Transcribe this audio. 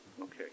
okay